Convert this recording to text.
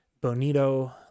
Bonito